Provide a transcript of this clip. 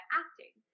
acting